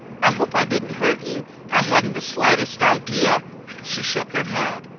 i hope i didn't hurt you? i hadn't the slightest idea she shook her head.